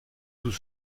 tout